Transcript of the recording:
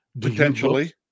Potentially